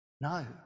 No